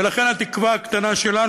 ולכן התקווה הקטנה שלנו.